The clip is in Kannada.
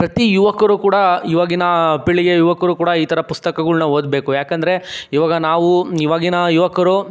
ಪ್ರತೀ ಯುವಕರು ಕೂಡ ಇವಾಗಿನ ಪೀಳಿಗೆಯ ಯುವಕರು ಕೂಡ ಈ ಥರ ಪುಸ್ತಕಗಳ್ನ ಓದಬೇಕು ಯಾಕಂದರೆ ಇವಾಗ ನಾವು ಇವಾಗಿನ ಯುವಕರು